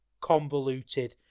convoluted